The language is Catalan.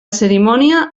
cerimònia